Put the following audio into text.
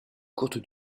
courte